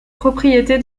propriété